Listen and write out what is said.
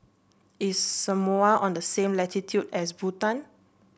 is Samoa on the same latitude as Bhutan